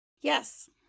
Yes